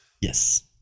Yes